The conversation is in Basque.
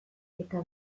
eta